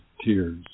tears